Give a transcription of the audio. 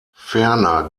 ferner